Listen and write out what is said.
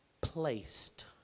placed